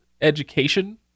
education